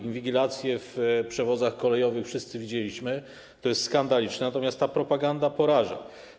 Inwigilację w przewozach kolejowych wszyscy widzieliśmy, to jest skandaliczne, natomiast ta propaganda poraża.